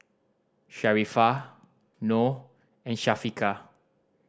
Sharifah Noh and Syafiqah